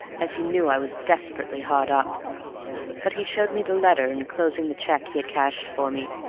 as he knew i was desperately hard up but he showed me the letter enclosing the cheque he had cashed for me.